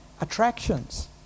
attractions